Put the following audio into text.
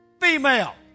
female